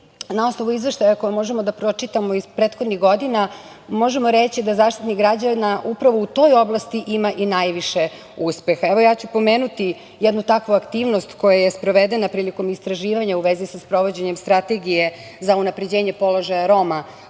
Na osnovu izveštaja koje možemo da pročitamo iz prethodnih godina, možemo reći da Zaštitnik građana upravo u toj oblasti ima i najviše uspeha. Pomenuću jednu takvu aktivnost koja je sprovedena prilikom istraživanja u vezi sa sprovođenjem Strategije za unapređenje položaja Roma